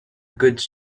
goods